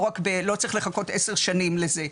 לא צריך לחכות 10 שנים לזה.